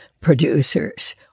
producers